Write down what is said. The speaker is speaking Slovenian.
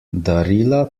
darila